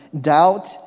doubt